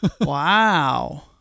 Wow